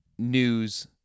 news